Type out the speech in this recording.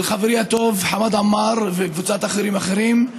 של חברי הטוב חמד עמאר וקבוצת חברים אחרים,